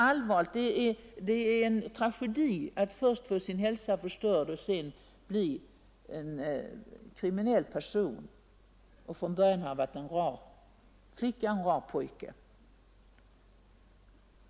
Det är en tragedi att först få sin hälsa förstörd och sedan bli en kriminell person, fastän narkomanen från början har varit en bra flicka eller pojke.